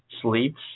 sleeps